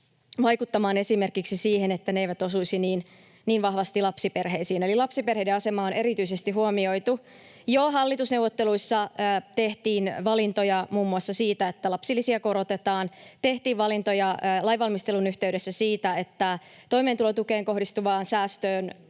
vaikuttamaan esimerkiksi siihen, että ne eivät osuisi niin vahvasti lapsiperheisiin, eli erityisesti lapsiperheiden asema on huomioitu. Jo hallitusneuvotteluissa tehtiin valintoja muun muassa siitä, että lapsilisiä korotetaan. Tehtiin valintoja lainvalmistelun yhteydessä siitä, että toimeentulotukeen kohdistuvan säästön